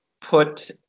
put